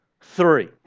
three